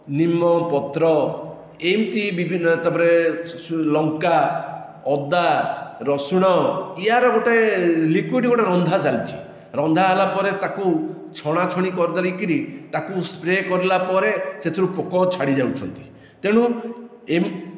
ନିମ ପତ୍ର ଏମିତି ବିଭିନ୍ନ ପ୍ରକାର ତାପରେ ସୁ ଲଙ୍କା ଅଦା ରସୁଣ ଏହାର ଗୋଟିଏ ଲିକୁଇଡ୍ ଗୋଟିଏ ରନ୍ଧା ଚାଲିଛି ରନ୍ଧା ହେଲାପରେ ତାକୁ ଛଣା ଛଣି କରିଦେଇକରି ତାକୁ ସ୍ପ୍ରେ କରିଲା ପରେ ସେଥିରୁ ପୋକ ଛାଡ଼ିଯାଉଛନ୍ତି ତେଣୁ ଏମିତି